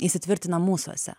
įsitvirtina mūsuose